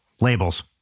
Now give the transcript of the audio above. Labels